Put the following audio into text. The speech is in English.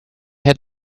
had